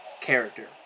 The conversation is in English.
character